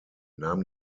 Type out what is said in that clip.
nahm